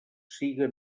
siga